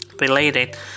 Related